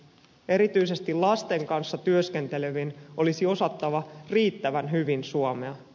erityisesti lasten kanssa työskentelevien olisi osattava riittävän hyvin suomea